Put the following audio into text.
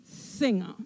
singer